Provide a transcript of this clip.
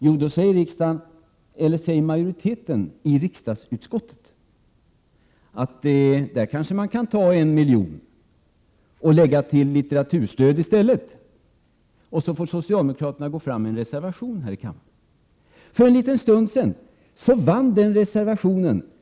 Jo, då säger majoriteten i utskottet att man kanske kan ta en miljon från detta anslag, och i stället lägga den på litteraturstödet. Då får socialdemokraterna foga en reservation till betänkandet. För en liten stund sedan bifölls den reservationen.